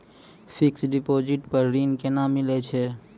Fixed deposit पर ऋण केना मिलै छै?